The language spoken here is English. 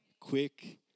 Quick